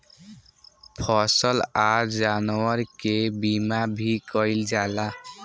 फसल आ जानवर के बीमा भी कईल जाला